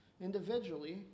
individually